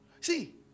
See